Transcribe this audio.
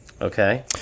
Okay